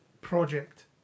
project